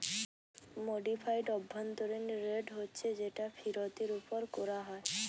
modified অভ্যন্তরীণ rate হচ্ছে যেটা ফিরতের উপর কোরা হয়